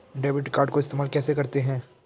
Debit card को इस्तेमाल कैसे करते हैं?